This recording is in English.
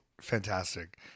fantastic